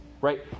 Right